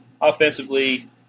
Offensively